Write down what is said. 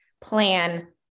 plan